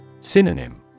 Synonym